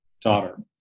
daughter